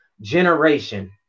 generation